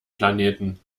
planeten